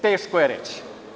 Teško je reći.